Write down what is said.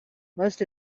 most